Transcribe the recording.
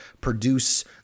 produce